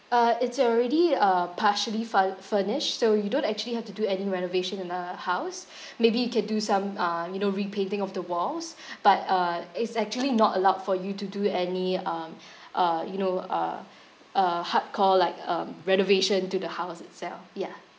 uh it's already uh partially far~ furnished so you don't actually have to do any renovation on the house maybe you can do some uh you know repainting of the walls but uh it's actually not allowed for you to do any um uh you know uh uh hardcore like um renovation to the house itself yeah